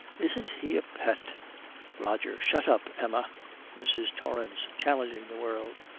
isn't he a pet roger. shut up, emma mrs. torrance, challenging the world,